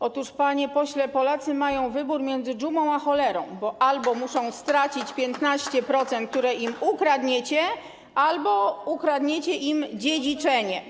Otóż, panie pośle, Polacy mają wybór między dżumą a cholerą, bo albo muszą stracić 15%, które im ukradniecie, albo ukradniecie im dziedziczenie.